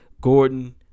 Gordon